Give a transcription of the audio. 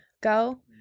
go